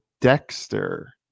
Dexter